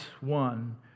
one